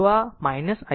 તો આ છે i 3